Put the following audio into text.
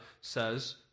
says